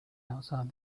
outside